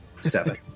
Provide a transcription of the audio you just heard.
Seven